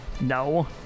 No